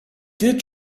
did